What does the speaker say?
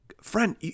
Friend